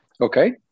Okay